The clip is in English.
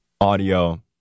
audio